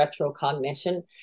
retrocognition